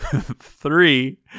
Three